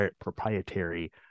proprietary